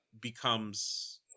becomes